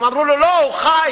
הם אמרו לו: לא, הוא חי.